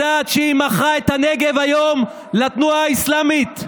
יודעת שהיא מכרה היום את הנגב לתנועה האסלאמית.